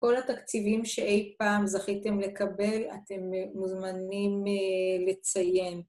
כל התקציבים שאי פעם זכיתם לקבל, אתם מוזמנים לציין.